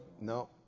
no